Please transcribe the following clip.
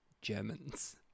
Germans